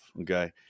Okay